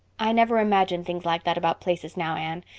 i never imagine things like that about places now, anne.